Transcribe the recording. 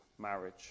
Marriage